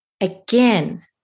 Again